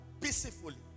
peacefully